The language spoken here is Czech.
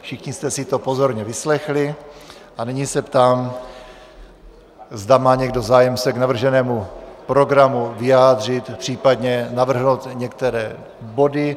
Všichni jste si to pozorně vyslechli a nyní se ptám, zda má někdo zájem se k navrženému programu vyjádřit, případně navrhnout některé body.